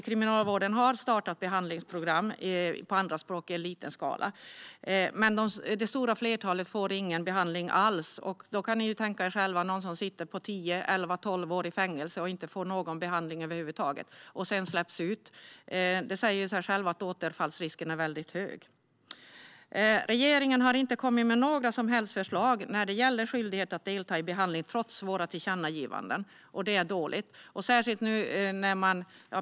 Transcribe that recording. Kriminalvården har startat behandlingsprogram på andra språk i liten skala, men det stora flertalet får ingen behandling alls. Ni kan tänka er själva: Någon sitter i fängelse i tio, elva eller tolv år och släpps sedan ut utan att ha fått någon behandling över huvud taget - det säger sig självt att risken för återfall är väldigt hög. Regeringen har inte kommit med några som helst förslag när det gäller skyldighet att delta i behandling, trots våra tillkännagivanden. Det är dåligt.